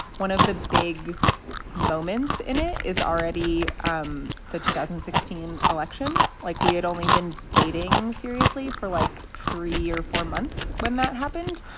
one of the big moments in it is already um the two thousand and sixteen election. like we had only been dating seriously for like three or four months when that happened.